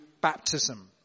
baptism